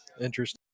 Interesting